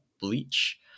bleach